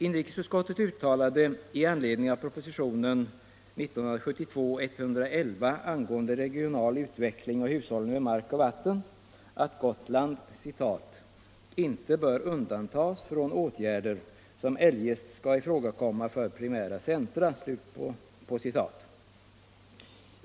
Inrikesutskottet uttalade i anledning av propositionen 1972:111 angående regional utveckling och hushållning med mark och vatten att Gotland ”inte bör undantas från åtgärder som eljest skall ifrågakomma för primära centra”.